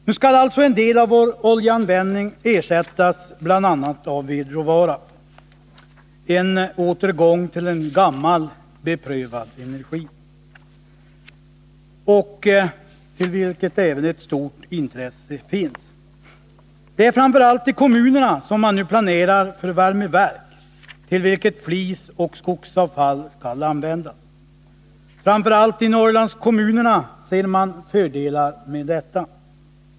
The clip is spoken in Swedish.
Nu skall alltså en del av den olja vi använder ersättas, bl.a. av vedråvara — en återgång till en gammal beprövad energikälla, till vilken ett stort intresse finns knutet. Det är framför allt i kommunerna som man nu planerar för värmeverk, där flis och skogsavfall skall användas. Framför allt i Norrlandskommunerna ser man fördelar med detta.